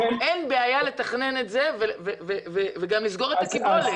אין בעיה לתכנן את זה וגם לסגור את הקיבולת.